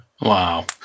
Wow